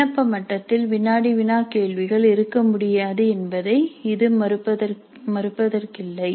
விண்ணப்ப மட்டத்தில் வினாடி வினா கேள்விகள் இருக்க முடியாது என்பதை இது மறுப்பதற்கில்லை